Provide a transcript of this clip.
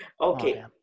okay